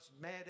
mad